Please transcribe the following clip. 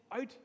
out